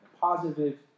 positive